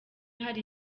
hari